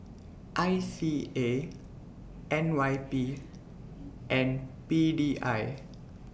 I C A N Y P and P D I